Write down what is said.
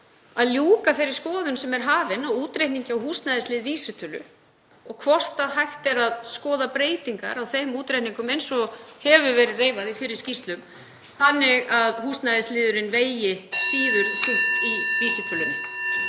að ljúka þeirri skoðun sem er hafin og útreikningi á húsnæðislið vísitölu, hvort hægt er að skoða breytingar á þeim útreikningum eins og reifað hefur verið í fyrri skýrslum þannig að húsnæðisliðurinn vegi síður þungt í vísitölunni.